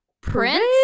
Prince